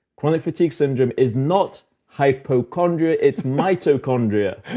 chronic fatigue syndrome is not hypochondria, it's mitochondria.